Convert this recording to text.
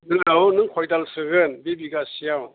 औ नों खय दाल सोगोन बे बिगा सेयाव